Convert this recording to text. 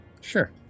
Sure